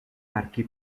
archi